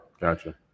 Gotcha